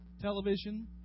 television